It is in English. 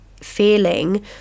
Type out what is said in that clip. feeling